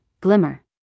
Glimmer